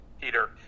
Peter